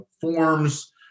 forms